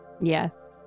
Yes